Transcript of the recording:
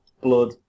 blood